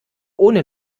ohne